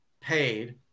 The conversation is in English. paid